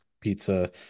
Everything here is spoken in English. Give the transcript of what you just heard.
pizza